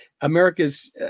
America's